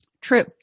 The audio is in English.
True